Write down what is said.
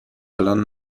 الان